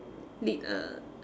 lead a